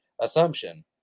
assumption